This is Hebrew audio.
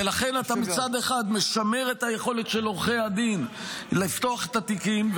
ולכן אתה מצד אחד משמר את היכולת של עורכי הדין לפתוח את התיקים,